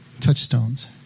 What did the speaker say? touchstones